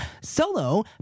solo